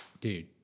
dude